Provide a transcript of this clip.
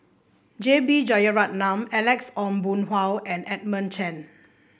J B Jeyaretnam Alex Ong Boon Hau and Edmund Cheng